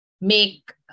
make